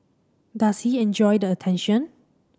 does he enjoy the attention